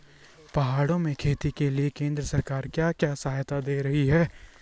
पहाड़ों में खेती के लिए केंद्र सरकार क्या क्या सहायता दें रही है?